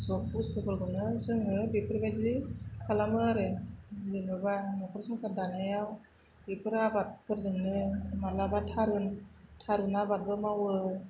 सब बुस्थुफोरखौनो जोङो बेफोरबायदि खालामो आरो जेन'बा नखर संसार दानायाव बेफोर आबादफोरजोंनो मालाबा थारुन थारुन आबादबो मावो